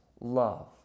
love